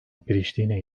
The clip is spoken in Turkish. priştine